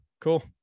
cool